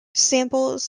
samples